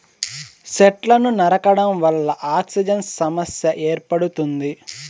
సెట్లను నరకడం వల్ల ఆక్సిజన్ సమస్య ఏర్పడుతుంది